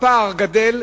הפער גדל,